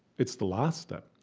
it's the last step.